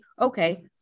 okay